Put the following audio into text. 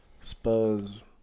Spurs